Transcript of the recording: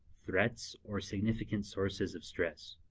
threats or significant sources of stress.